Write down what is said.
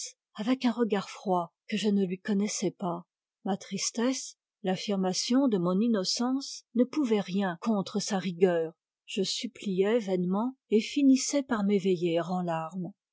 avec un regard froid que je ne lui connaissais pas ma tristesse l'affirmation de mon innocence ne pouvaient rien contre sa rigueur je suppliais vainement et finissais par m'éveiller en larmes